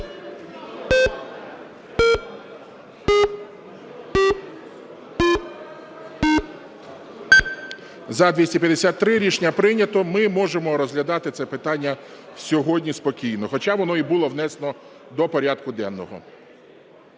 За-253 Рішення прийнято. Ми можемо розглядати це питання сьогодні спокійно, хоча воно і було внесено до порядку денного.